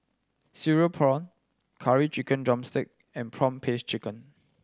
cereal prawn Curry Chicken drumstick and prawn paste chicken